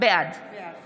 בעד